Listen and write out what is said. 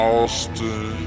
Austin